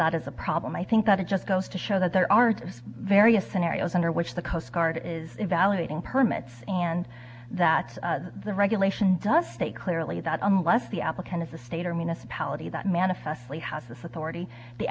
that is a problem i think that it just goes to show that there are various scenarios under which the coast guard is invalidating permits and that the regular just say clearly that unless the applicant is a state or municipality that manifestly has authority the